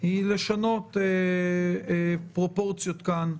זה לשנות פרופורציות כאן.